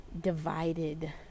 divided